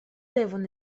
devon